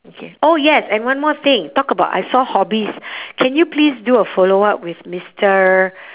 okay oh yes and one more thing talk about I saw hobbies can you please do a follow-up with mister